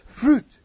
fruit